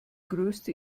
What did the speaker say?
größte